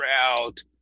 out